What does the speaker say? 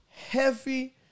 heavy